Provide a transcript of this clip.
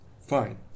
Fine